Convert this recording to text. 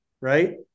right